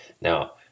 Now